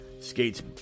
skates